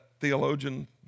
theologian